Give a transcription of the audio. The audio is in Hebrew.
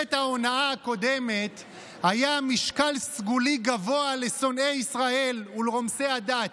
בממשלת ההונאה הקודמת היה משקל סגולי גבוה לשונאי ישראל ולרומסי הדת.